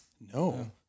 No